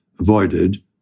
avoided